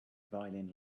violin